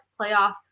playoff